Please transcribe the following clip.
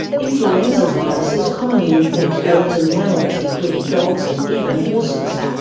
influenza viruses commonly infect birds and mammals, including dogs and even horses.